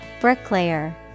Bricklayer